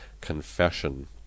confession